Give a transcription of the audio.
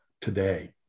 today